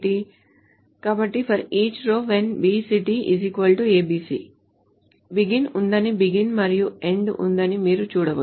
కాబట్టి for each row when bcity "ABC" ఉన్నప్పుడు begin ఉందని begin మరియు end ఉందని మీరు చూడవచ్చు